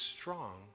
strong